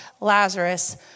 Lazarus